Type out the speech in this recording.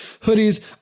hoodies